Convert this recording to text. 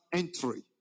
entry